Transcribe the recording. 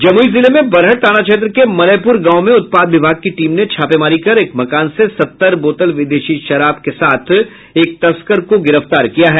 जमुई जिले में बरहट थाना क्षेत्र के मलयपुर गांव में उत्पाद विभाग की टीम ने छापेमारी कर एक मकान से सत्तर बोतल विदेशी शराब के साथ एक तस्कर को गिरफ्तार किया है